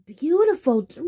beautiful